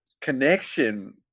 connection